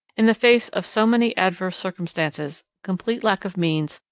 in the face of so many adverse circumstances complete lack of means,